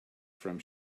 from